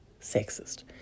sexist